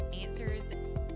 answers